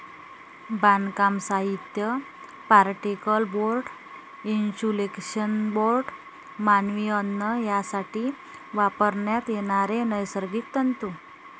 बांधकाम साहित्य, particle board, insulation board, मानवी अन्न यासाठी वापरण्यात येणारे नैसर्गिक तंतू